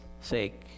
sake